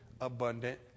abundant